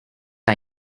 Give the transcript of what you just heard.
are